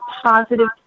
positive